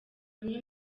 bimwe